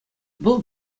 вӑл